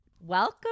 Welcome